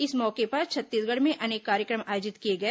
इस मौके पर छत्तीसगढ़ में अनेक कार्यक्रम आयोजित किए गए